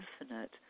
infinite